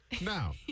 Now